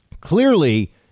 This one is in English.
clearly